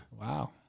Wow